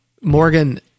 Morgan